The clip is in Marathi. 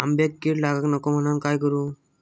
आंब्यक कीड लागाक नको म्हनान काय करू?